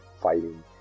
fighting